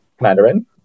mandarin